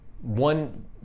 One